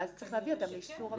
ואז צריך להביא אותן לאישור הוועדה.